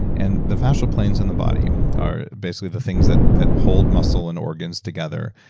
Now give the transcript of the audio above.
and the fascia planes and the body are basically the things that that hold muscle and organs together,